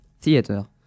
Theater